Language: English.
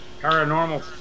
paranormal